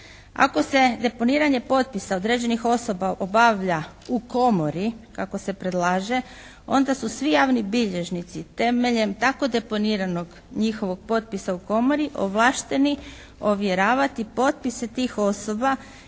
Ako se deponiranje potpisa određenih osoba obavlja u Komori kako se predlaže onda su svi javni bilježnici temeljem tako deponiranog njihovog potpisa u Komori ovlašteni ovjeravati potpise tih osoba